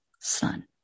son